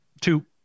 two